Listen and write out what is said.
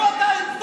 איפה אתה?